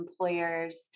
employers